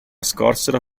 scorsero